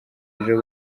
ejo